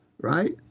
right